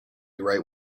right